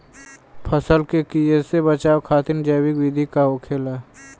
फसल के कियेसे बचाव खातिन जैविक विधि का होखेला?